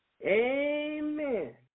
Amen